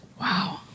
Wow